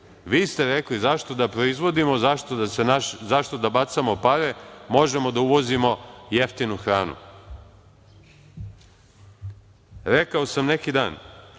Vi ste rekli zašto da proizvodimo, zašto da bacamo pare, možemo da uvozimo jeftinu hranu. Rekao sam neki dan,